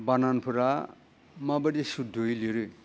बानानफोरा माबादि सुंद'यै लिरो